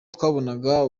twabonaga